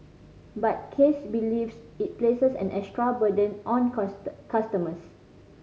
but Case believes it places an extra burden on customers